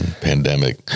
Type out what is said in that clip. pandemic